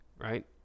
right